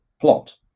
plot